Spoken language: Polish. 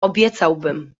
obiecałbym